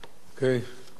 אם המציעים מסכימים.